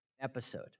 episode